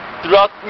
throughout